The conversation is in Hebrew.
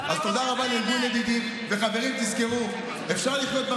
למה לא התקשרת אליי?